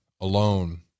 alone